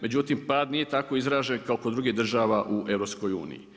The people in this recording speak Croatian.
Međutim pad nije tako izražen kao kod drugih država u EU.